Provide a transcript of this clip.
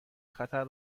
خطر